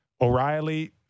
O'Reilly